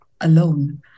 alone